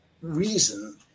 reason